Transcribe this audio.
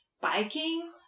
biking